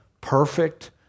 perfect